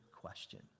question